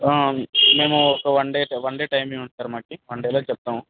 మేము ఒక one day one day time ఇవ్వండి సార్ మాకి వన్ డేలో చెప్తాము